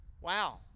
Wow